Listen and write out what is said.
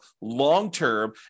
long-term